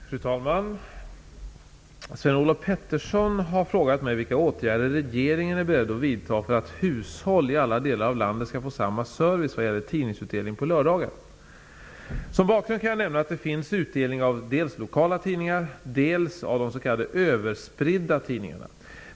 Fru talman! Sven-Olof Petersson har frågat mig vilka åtgärder regeringen är beredd att vidta för att hushåll i alla delar av landet skall få samma service vad gäller tidningsutdelning på lördagar. Som bakgrund kan jag nämna att det finns utdelning av dels lokala tidningar, dels av de s.k. överspridda tidningarna.